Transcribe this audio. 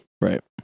Right